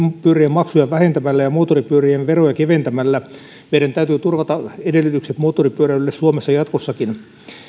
maksuja vähentämällä ja moottoripyörien veroja keventämällä meidän täytyy turvata edellytykset moottoripyöräilylle suomessa jatkossakin